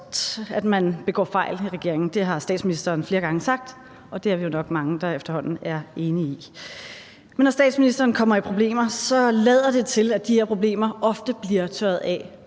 at man begår fejl i regeringen. Det har statsministeren flere gange sagt, og det er vi jo nok mange der efterhånden er enige i. Men når statsministeren kommer i problemer, lader det til, at de her problemer ofte bliver tørret af